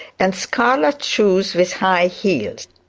and scarlet shoes with high heels.